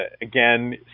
again